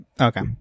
Okay